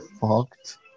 fucked